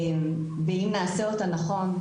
ואם נעשה אותה נכון,